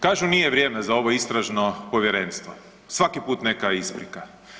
Kažu nije vrijeme za ovo Istražno povjerenstvo, svaki put neka isprika.